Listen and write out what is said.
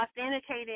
authenticated